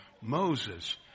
Moses